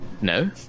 No